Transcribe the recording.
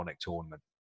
tournament